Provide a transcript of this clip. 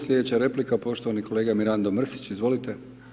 Slijedeća replika, poštovani kolega Mirando Mrsić, izvolite.